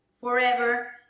forever